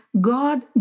God